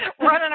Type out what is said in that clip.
running